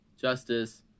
Justice